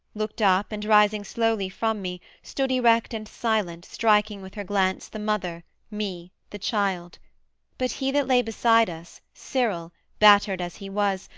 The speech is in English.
looked up, and rising slowly from me, stood erect and silent, striking with her glance the mother, me, the child but he that lay beside us, cyril, battered as he was,